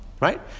right